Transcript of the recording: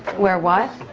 where what?